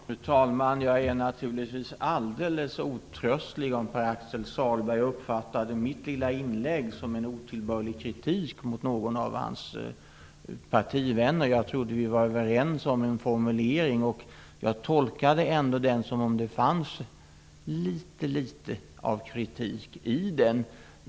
Fru talman! Jag är naturligtvis alldeles otröstlig om Pär-Axel Sahlberg uppfattade mitt lilla inlägg som en otillbörlig kritik mot någon av hans partivänner. Jag trodde att vi var överens om en formulering. Jag tolkade att det fanns litet av kritik i den.